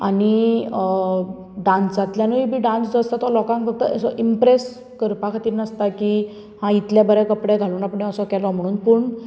आनी डान्सांतल्यानूय बी डान्स जो आसता तो लोकांक फक्त इमप्रेस करपा खातीर नासता की हांव इतले बरें कपडे घालून आपणें असो केलो म्हणून पूण